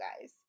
guys